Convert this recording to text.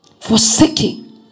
Forsaking